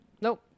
Nope